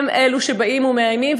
הם אלו שבאים ומאיימים,